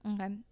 Okay